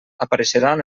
apareixeran